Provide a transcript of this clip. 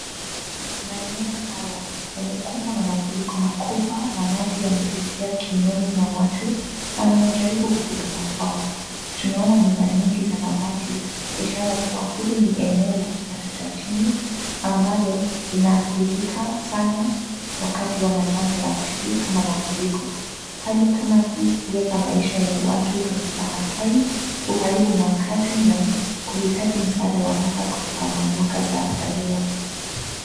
Maeneo haya yamekumbwa na mafuriko makubwa na maji yamefikia kiunoni mwa watu wanaojaribu kufika makwao. Tunaona nyumba nyingi za mabati ishara kuwa hili ni eneo la kipato cha chini ambayo linaadhirika sana wakati wa janga ya asili kama mafuriko. Hali kama hii huweka maisha ya watu katika hatari, huharibu makazi na kuhitaji msaada wa haraka kutoka mamlaka za dharura.